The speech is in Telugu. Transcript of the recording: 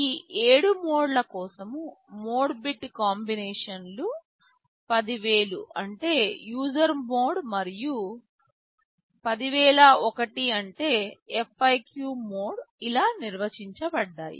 ఈ 7 మోడ్ల కోసం మోడ్ బిట్ కాంబినేషన్లు 10000 అంటే యూజర్ మోడ్ మరియు 10001 అంటే FIQ మోడ్ ఇలా నిర్వచించబడ్డాయి